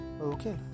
Okay